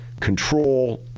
control